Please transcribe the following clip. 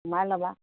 সোমাই ল'বা অঁ